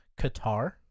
Qatar